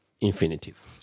infinitive